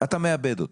אתה מאבד אותה.